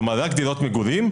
כלומר רק דירות מגורים,